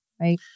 Right